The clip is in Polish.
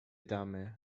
damy